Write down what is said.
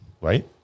Right